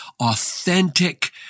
authentic